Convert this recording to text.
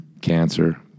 cancer